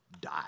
die